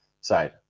side